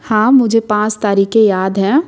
हाँ मुझे पाँच तारीखें याद हैं